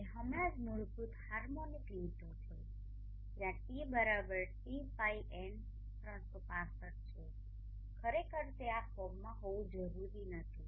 મેં હમણાં જ મૂળભૂત હાર્મોનિક લીધો છે જ્યાં T2πN365 છે ખરેખર તે આ ફોર્મમાં હોવું જરૂરી નથી